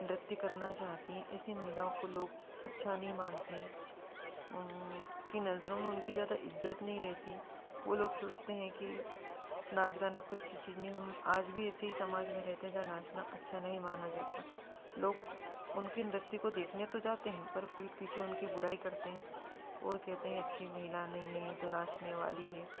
नृत्य करना चाहती हैं ऐसी महिलाओं को लोग अच्छा नहीं मानते हैं उनकी नज़रों में उनकी ज्यादा इज्जत नहीं रहती वो लोग सोचते हैं कि नाच गाना कोई अच्छी चीज नहीं हम आज भी ऐसे ही समाज में रहते हैं जहाँ नाचना अच्छा नहीं माना जाता लोग उनके नृत्य को देखने तो जाते हैं पर पीठ पीछे उनकी बुराई करते हैं वो कहते हैं अच्छी महिला नहीं है ये तो नाचने वाली है